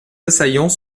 assaillants